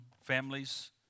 families